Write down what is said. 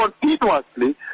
continuously